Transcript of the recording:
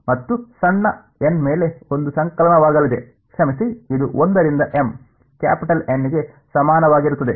ಮತ್ತು ಸಣ್ಣ n ಮೇಲೆ ಒಂದು ಸಂಕಲನವಾಗಲಿದೆ ಕ್ಷಮಿಸಿ ಇದು 1 ರಿಂದ m ಕ್ಯಾಪಿಟಲ್ ಎನ್ ಗೆ ಸಮಾನವಾಗಿರುತ್ತದೆ